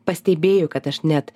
pastebėjau kad aš net